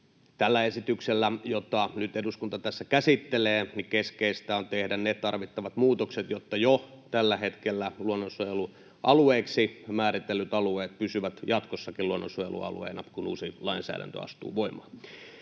Tällä esityksellä, jota nyt eduskunta tässä käsittelee, keskeistä on tehdä ne tarvittavat muutokset, jotta jo tällä hetkellä luonnonsuojelualueiksi määritellyt alueet pysyvät jatkossakin luonnonsuojelualueina, kun uusi lainsäädäntö astuu voimaan.